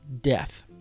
death